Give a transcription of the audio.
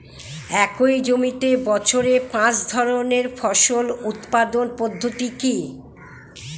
একই জমিতে বছরে পাঁচ ধরনের ফসল উৎপাদন পদ্ধতি কী?